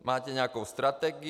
Máte nějakou strategii?